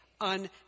on